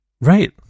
Right